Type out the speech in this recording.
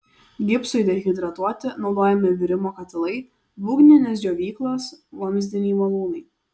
gipsui dehidratuoti naudojami virimo katilai būgninės džiovyklos vamzdiniai malūnai